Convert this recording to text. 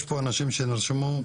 יש פה אנשים שנרשמו.